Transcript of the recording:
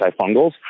antifungals